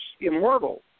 immortal